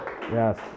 Yes